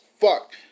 fuck